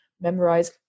memorize